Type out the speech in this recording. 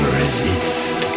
resist